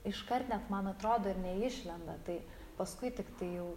iškart net man atrodo ir neišlenda tai paskui tiktai jau